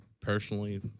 personally